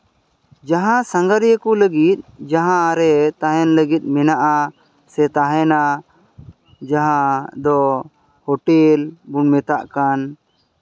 ᱡᱟᱦᱟᱸ ᱥᱟᱸᱜᱷᱟᱨᱤᱭᱟᱹ ᱠᱚ ᱞᱟᱹᱜᱤᱫ ᱡᱟᱦᱟᱸ ᱨᱮ ᱛᱟᱦᱮᱱ ᱞᱟᱹᱜᱤᱫ ᱢᱮᱱᱟᱜᱼᱟ ᱥᱮ ᱛᱟᱦᱮᱱᱟ ᱡᱟᱦᱟᱸ ᱫᱚ ᱦᱳᱴᱮᱞ ᱵᱚᱱ ᱢᱮᱛᱟᱜ ᱠᱟᱱ